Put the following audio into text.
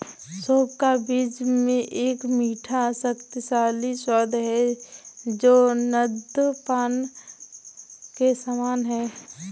सौंफ का बीज में एक मीठा, शक्तिशाली स्वाद है जो नद्यपान के समान है